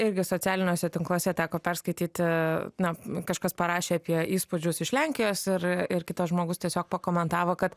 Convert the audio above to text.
irgi socialiniuose tinkluose teko perskaityti na kažkas parašė apie įspūdžius iš lenkijos ir ir kitas žmogus tiesiog pakomentavo kad